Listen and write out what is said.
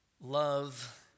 Love